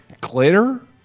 Glitter